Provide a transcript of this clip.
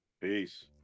Peace